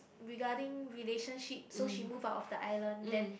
regarding relationship so she move out of the island then